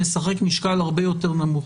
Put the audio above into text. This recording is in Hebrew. משחק משקל הרבה יותר נמוך.